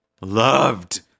loved